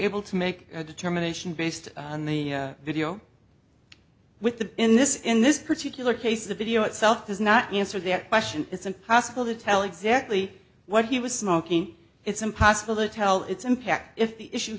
able to make a determination based on the video with the in this in this particular case the video itself does not answer the question it's impossible to tell exactly what he was smoking it's impossible to tell it's impact if the issue